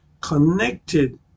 connected